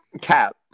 Cap